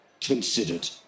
considered